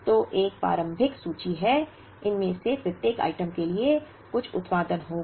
तो एक प्रारंभिक सूची है इनमें से प्रत्येक आइटम के लिए कुछ उत्पादन होगा